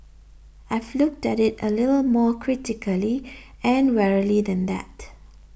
I've looked at it a little more critically and warily than that